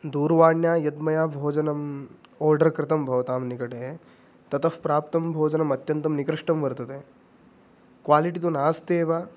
दूरवाण्या यद् मया भोजनम् आर्डर् कृतं भवतां निकटे ततः प्राप्तं भोजनम् अत्यन्तं निकृष्टं वर्तते क्वालिटि तु नास्त्येव